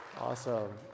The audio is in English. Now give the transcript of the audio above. Awesome